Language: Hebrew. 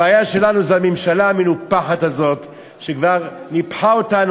הבעיה שלנו זה הממשלה המנופחת הזאת שכבר ניפחה אותנו,